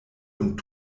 und